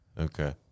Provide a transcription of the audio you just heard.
Okay